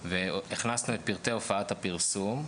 הכנסנו את פרטי הופעת הפרסום,